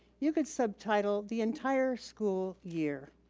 you could subtitle the entire school year.